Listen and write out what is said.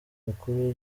mukuru